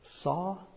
saw